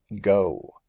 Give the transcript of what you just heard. go